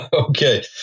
Okay